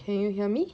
can you hear me